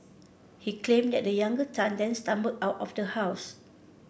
he claimed that the younger Tan then stumbled out of the house